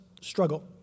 struggle